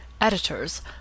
Editors—